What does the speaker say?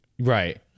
Right